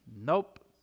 nope